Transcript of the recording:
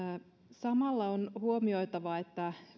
samalla on huomioitava että